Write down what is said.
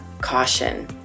caution